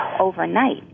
overnight